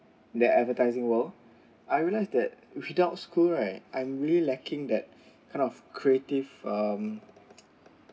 that advertising world I realise that without school right I'm really lacking that kind of creative um